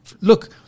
Look